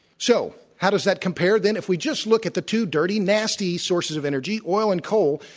so how does that compare then? if we just look at the two dirty, nasty sources of energy, oil and coal,